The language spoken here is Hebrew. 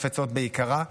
וחפצות ביקרה.